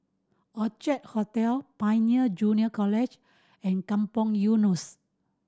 Orchard Hotel Pioneer Junior College and Kampong Eunos